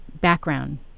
background